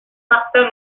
martin